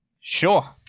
Sure